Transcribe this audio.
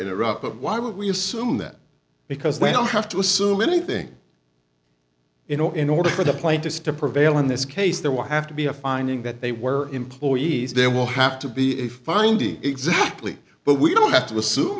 interrupt but why would we assume that because we don't have to assume anything in order in order for the plaintiffs to prevail in this case there would have to be a finding that they were employees there will have to be a finding exactly but we don't have to assume